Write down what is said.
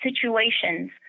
situations